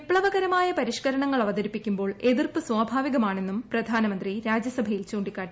വിപ്ളവകരമായ പരിഷ്ക്കരണങ്ങൾ അവതരിപ്പിക്കുമ്പോൾ എതിർപ്പ് സ്വാഭാവികമാണെന്നും പ്രാധനമന്ത്രി രാജ്യസഭയിൽ ചൂണ്ടിക്കാട്ടി